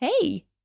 Hey